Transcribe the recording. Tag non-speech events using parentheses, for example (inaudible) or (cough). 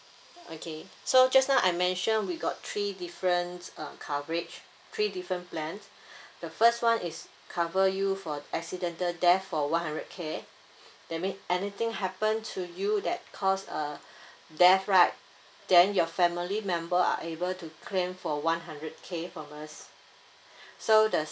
okay so just now I mentioned we got three different uh coverage three different plans (breath) the first one is cover you for accidental death for one hundred K (breath) that mean anything happened to you that caused uh (breath) death right then your family member are able to claim for one hundred K from us (breath) so the